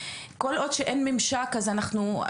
כל עוד שאין ממשק אז אנחנו,